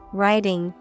writing